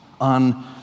on